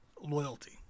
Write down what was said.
loyalty